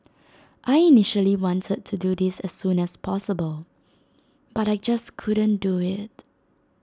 I initially wanted to do this as soon as possible but I just couldn't do IT